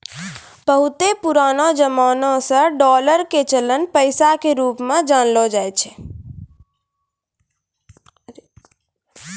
बहुते पुरानो जमाना से डालर के चलन पैसा के रुप मे जानलो जाय छै